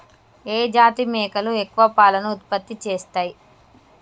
ఏ జాతి మేకలు ఎక్కువ పాలను ఉత్పత్తి చేస్తయ్?